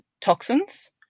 toxins